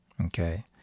Okay